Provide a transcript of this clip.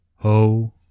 Ho